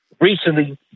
recently